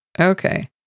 Okay